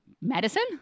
Medicine